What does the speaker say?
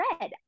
red